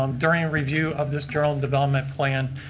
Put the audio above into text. um during a review of this general development plan.